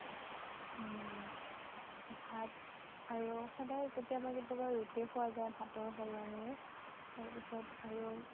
ভাত আৰু সদায় কেতিয়াবা কেতিয়াবা ৰুটি খোৱা যায় ভাতৰ সলনি তাৰপিছত আৰু